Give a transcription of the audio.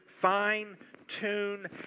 fine-tune